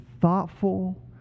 thoughtful